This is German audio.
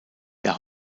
der